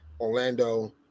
Orlando